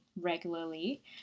regularly